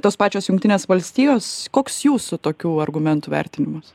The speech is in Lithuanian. tos pačios jungtinės valstijos koks jūsų tokių argumentų vertinimas